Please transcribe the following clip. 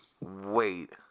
Wait